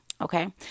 Okay